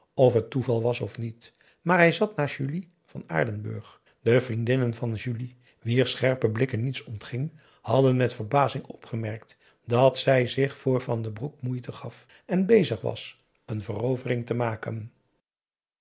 of het toeval was of niet maar hij zat naast julie van aardenburg de vriendinnen van julie wier scherpe blikken niets ontging hadden met verbazing opgemerkt dat zij zich voor van den broek moeite gaf en bezig was een verovering te maken